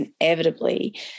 inevitably